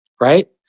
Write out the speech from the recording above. right